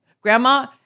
Grandma